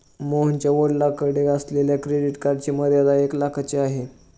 मोहनच्या वडिलांकडे असलेल्या क्रेडिट कार्डची मर्यादा एक लाखाची आहे